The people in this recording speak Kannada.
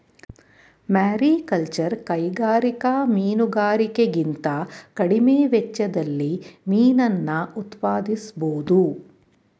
ಮಾರಿಕಲ್ಚರ್ ಕೈಗಾರಿಕಾ ಮೀನುಗಾರಿಕೆಗಿಂತ ಕಡಿಮೆ ವೆಚ್ಚದಲ್ಲಿ ಮೀನನ್ನ ಉತ್ಪಾದಿಸ್ಬೋಧು